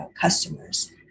customers